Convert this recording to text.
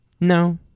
no